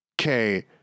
okay